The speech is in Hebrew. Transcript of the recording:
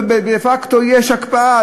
אבל דה-פקטו יש הקפאה,